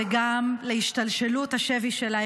וגם להשתלשלות השבי שלה,